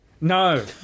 No